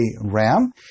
ram